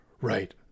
Right